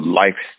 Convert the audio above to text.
life